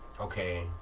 okay